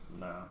No